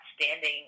standing